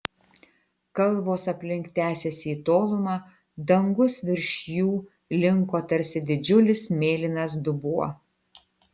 kalvos aplink tęsėsi į tolumą dangus virš jų linko tarsi didžiulis mėlynas dubuo